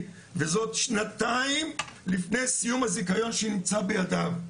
וזאת שנתיים לפני סיום הזיכיון שנמצא בידיו.